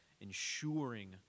ensuring